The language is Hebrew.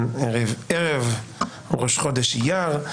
היום ערב ראש חודש אייר,